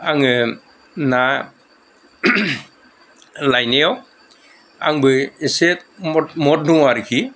आङो ना लायनायाव आंबो एसे मद मद दङ आरोखि